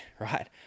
right